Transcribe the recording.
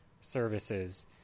services